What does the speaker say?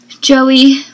joey